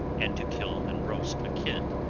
and to kill and roast a kid,